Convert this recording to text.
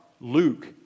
Luke